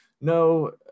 no